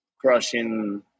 crushing